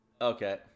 Okay